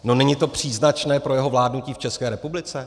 No, není to příznačné pro jeho vládnutí v České republice?